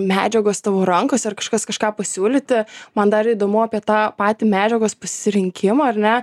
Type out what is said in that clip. medžiagos tavo rankose ar kažkas kažką pasiūlyti man dar įdomu apie tą patį medžiagos pasirinkimą ar ne